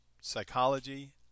psychology